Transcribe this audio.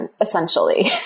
essentially